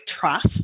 trust